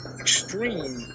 Extreme